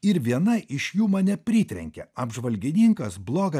ir viena iš jų mane pritrenkė apžvalgininkas blogą